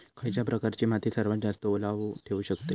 खयच्या प्रकारची माती सर्वात जास्त ओलावा ठेवू शकतली?